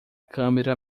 câmera